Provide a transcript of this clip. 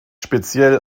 speziell